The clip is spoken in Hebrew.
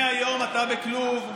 מהיום אתה בכלוב,